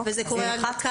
זה בעצם קורה בקיץ?